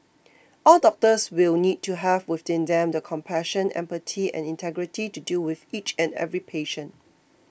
all doctors will need to have within them the compassion empathy and integrity to deal with each and every patient